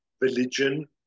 religion